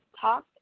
talk